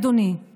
אדוני,